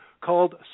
called